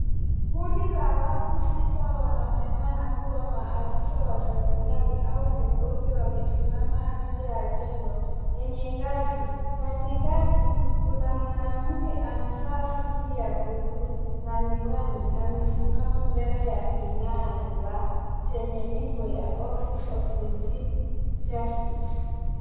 Kundi la watu sita, wanaonekana kuwa maafisa wa serikali au viongozi wamesimama nje ya jengo yenye ngazi. Katikati kuna mwanamke amevaa suti ya bluu na miwani, amesimama mbele ya kinara chenye nembo ya office of the chief justice .